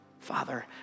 Father